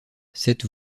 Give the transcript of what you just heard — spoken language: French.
cette